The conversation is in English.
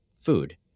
food